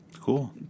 Cool